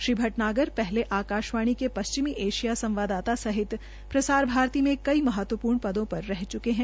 श्री भटनागर पहले आकाशवाणी में पश्चिमी ऐशिया संवाददाता सहित प्रसार भारती में कई महत्वपूर्ण पदों पर रह चुके है